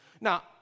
Now